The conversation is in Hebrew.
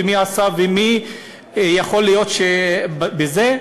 מי עשה ומי יכול להיות בזה?